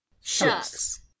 shucks